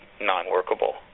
non-workable